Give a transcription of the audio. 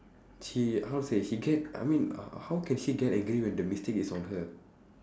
she how to say she get I mean how how can she get angry when the mistake is on her